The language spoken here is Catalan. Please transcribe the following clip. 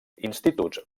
instituts